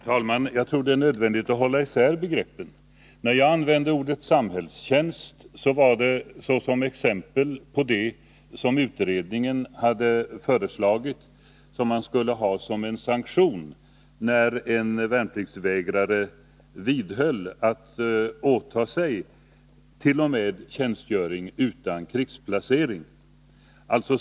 Herr talman! Jag tror det är nödvändigt att hålla isär begreppen. När jag använde ordet samhällstjänst var det såsom exempel på det som utredningen hade föreslagit att man skulle ha som sanktion när en värnpliktsvägrare t.o.m. vägrar att åta sig tjänstgöring utan krigsplacering.